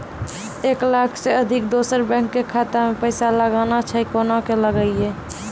एक लाख से अधिक दोसर बैंक के खाता मे पैसा लगाना छै कोना के लगाए?